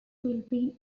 philippine